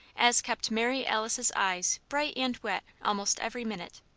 as kept mary alice's eyes bright and wet almost every minute.